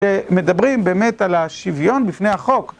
כשמדברים באמת על השוויון בפני החוק